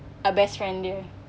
ah best friend dia